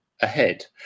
ahead